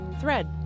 thread